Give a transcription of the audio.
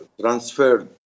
transferred